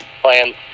plans